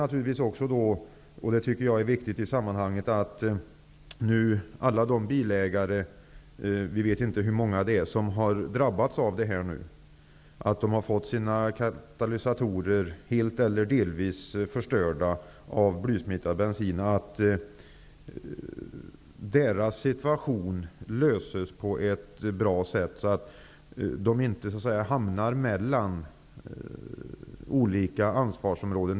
Självfallet är det när det gäller alla i sammanhanget drabbade bilägare, som har fått sina katalysatorer helt eller delvis förstörda av blysmittad bensin -- vi vet ju inte hur många de är -- viktigt att det blir en bra lösning. Det får inte bli så, att de hamnar mellan olika ansvarsområden.